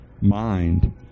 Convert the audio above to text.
mind